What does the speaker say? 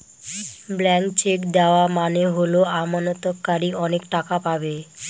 blank cheque দেওয়া মানে হল আমানতকারী অনেক টাকা পাবে